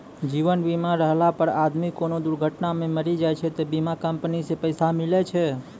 जीवन बीमा रहला पर आदमी कोनो दुर्घटना मे मरी जाय छै त बीमा कम्पनी से पैसा मिले छै